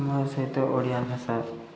ମୋ ସହିତ ଓଡ଼ିଆ ଭାଷା